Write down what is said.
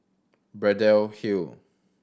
Braddell Hill